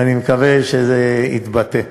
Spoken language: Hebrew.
ואני מקווה שזה יתבטא.